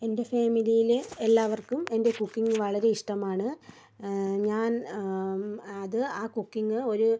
എൻ്റെ ഫാമിലിയിൽ എല്ലാവർക്കും എൻ്റെ കുക്കിംഗ് വളരെ ഇഷ്ടമാണ് ഞാൻ അത് ആ കുക്കിംഗ് ഒരു